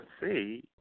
see